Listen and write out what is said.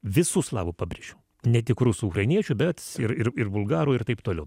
visų slavų pabrėžiu ne tik rusų ukrainiečių bet ir ir bulgarų ir taip toliau